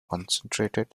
concentrated